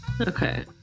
Okay